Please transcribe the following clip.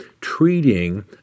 treating